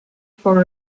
for